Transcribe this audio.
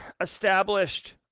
established